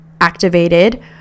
activated